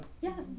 Yes